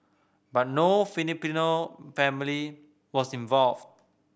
but no Filipino family was involved